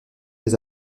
des